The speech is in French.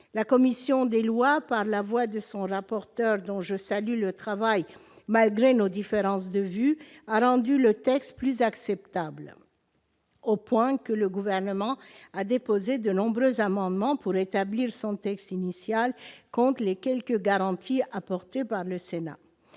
La commission des lois, par la voix de son rapporteur dont je salue le travail malgré nos différences de vues, a rendu le texte plus acceptable, au point que le Gouvernement a déposé de nombreux amendements pour rétablir son texte initial contre les quelques garanties apportées et